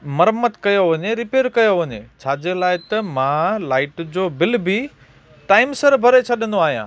मरमत कयो वञे रिपैर कयो वञे छा जे लाइ त मां लाईट जो बिल बि टाईम सर भरे छॾंदो आहियां